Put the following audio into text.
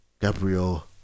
Gabriel